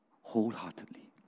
wholeheartedly